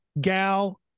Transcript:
gal